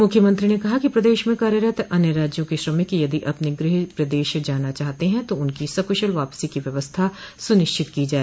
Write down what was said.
मुख्यमंत्री ने कहा कि प्रदेश में कार्यरत अन्य राज्यों के श्रमिक यदि अपने गृह प्रदेश जाना चाहते है तो उनकी सकुशल वापसी की व्यवस्था सुनिश्चित की जाए